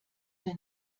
der